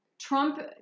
trump